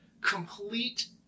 complete